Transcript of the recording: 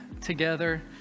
together